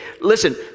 Listen